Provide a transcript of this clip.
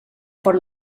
por